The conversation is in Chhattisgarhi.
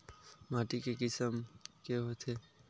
माटी के किसम के होथे?